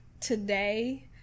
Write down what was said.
today